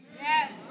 Yes